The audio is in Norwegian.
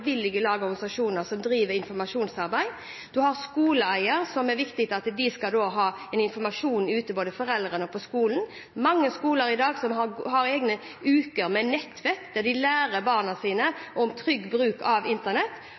lag og organisasjoner som driver informasjonsarbeid. Det er viktig at skoleeier gir informasjon, både ut til foreldrene og på skolen. Det er mange skoler som i dag har egne uker med nettvett, der de lærer barna sine om trygg bruk av internett,